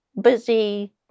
busy